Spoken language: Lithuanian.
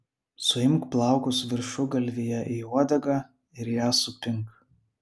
suimk plaukus viršugalvyje į uodegą ir ją supink